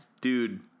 dude